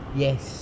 yes